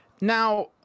Now